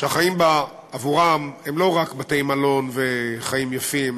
שהחיים בה עבורם הם לא רק בתי-מלון וחיים יפים,